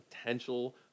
potential